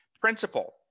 principle